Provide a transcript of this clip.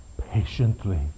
patiently